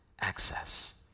access